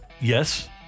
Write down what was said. Yes